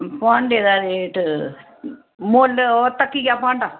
भांडे दा रेट मुल्ल ओह् तक्कियै भांडा